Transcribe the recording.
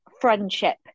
friendship